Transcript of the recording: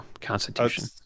constitution